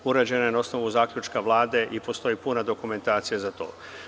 Urađena je na osnovu zaključka Vlade i postoji puna dokumentacija za to.